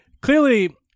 clearly